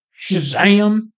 Shazam